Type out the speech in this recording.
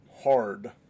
hard